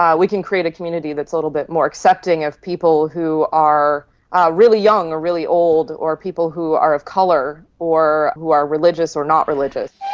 we can create a community that's a little bit more accepting of people who are really young or really old, or people who are of colour or who are religious or not religious.